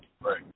right